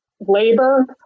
labor